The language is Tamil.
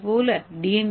இதேபோல் டி